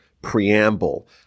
preamble